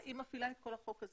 היא מפעילה את כל החוק הזה.